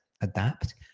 adapt